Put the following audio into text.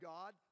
God